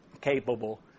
capable